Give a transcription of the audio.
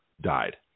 died